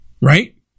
Right